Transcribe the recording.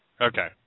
Okay